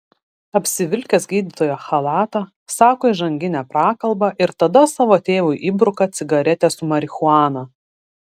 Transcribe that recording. apsivilkęs gydytojo chalatą sako įžanginę prakalbą ir tada savo tėvui įbruka cigaretę su marihuana